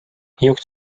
juht